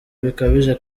bikabije